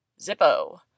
Zippo